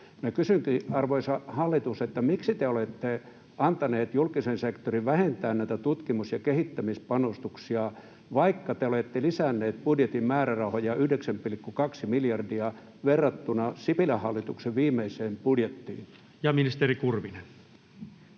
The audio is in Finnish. Kysynkin, arvoisa hallitus: miksi te olette antaneet julkisen sektorin vähentää näitä tutkimus- ja kehittämispanostuksia, vaikka te olette lisänneet budjetin määrärahoja 9,2 miljardia verrattuna Sipilän hallituksen viimeiseen budjettiin? [Speech